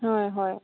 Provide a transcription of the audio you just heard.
হয় হয়